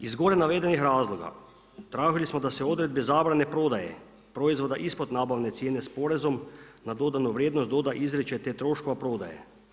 Iz gore navedenih razloga tražili smo da se odredbe zabrane prodaje proizvoda ispod nabavne cijene s porezom na dodanu vrijednost doda izričaj te troškova prodaje.